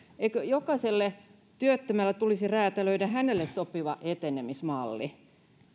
eikö jokaiselle työttömälle tulisi räätälöidä hänelle sopiva etenemismalli